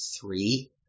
three